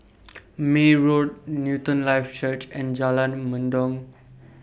May Road Newton Life Church and Jalan Mendong